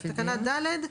תקנה (ד).